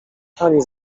ani